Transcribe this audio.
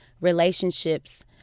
relationships